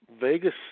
Vegas